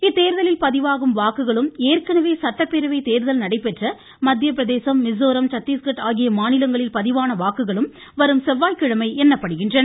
இத்தேர்தலில் பதிவாகும் வாக்குகளும் ஏற்கெனவே சட்டப்பேரவை தேர்தல் நடைபெற்ற மத்திய பிரதேசம் மிசோரம் சத்தீஸ்கட் ஆகிய மாநிலங்களில் பதிவான வாக்குகளும் வரும் செவ்வாய்க்கிழமை எண்ணப்படுகின்றன